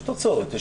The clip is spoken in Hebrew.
יש תוצאות.